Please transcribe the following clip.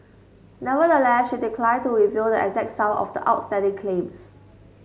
nevertheless she declined to reveal the exact sum of the outstanding claims